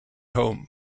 home